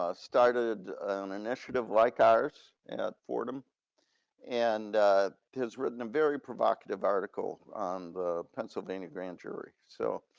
ah started an initiative like ours at fordham and has written a very provocative article on the pennsylvania grand jury. so,